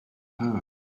her